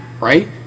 right